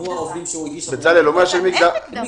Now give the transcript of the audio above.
אין מקדמה.